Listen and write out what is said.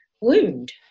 wound